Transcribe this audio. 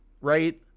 right